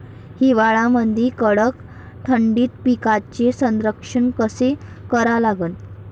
हिवाळ्यामंदी कडक थंडीत पिकाचे संरक्षण कसे करा लागन?